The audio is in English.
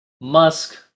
Musk